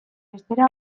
bestera